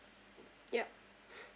ya